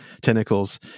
tentacles